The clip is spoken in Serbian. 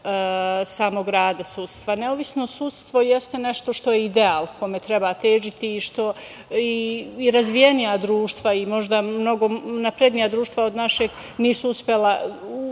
samog rada sudstva. Nezavisno sudstvo jeste nešto što je ideal kome treba težiti, ali ni razvijenija društva i možda mnogo naprednija društva od našeg nisu uspela